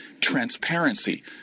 transparency